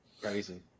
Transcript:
Crazy